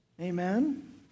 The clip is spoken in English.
Amen